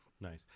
nice